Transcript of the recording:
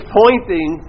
pointing